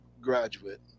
graduate